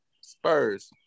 Spurs